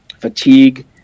fatigue